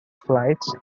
flights